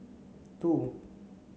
two